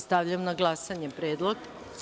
Stavljam na glasanje ovaj predlog.